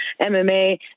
MMA